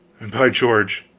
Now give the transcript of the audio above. and, by george,